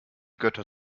götter